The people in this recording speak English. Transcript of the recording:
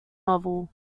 novel